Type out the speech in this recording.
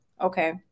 Okay